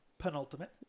penultimate